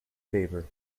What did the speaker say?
favour